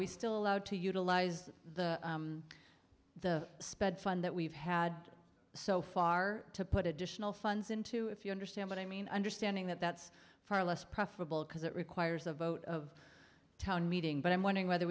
we still allowed to utilize the the spread fund that we've had so far to put additional funds into if you understand what i mean understanding that that's far less preferable because it requires a vote of town meeting but i'm wondering whether